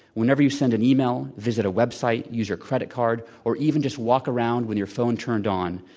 whenever you send an email, visit a website, use your credit card or even just walk around with your phone turned on,